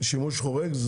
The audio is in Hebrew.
שימוש חורג,